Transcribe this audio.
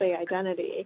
identity